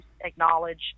acknowledge